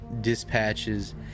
dispatches